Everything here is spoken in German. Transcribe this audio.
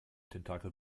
tentakel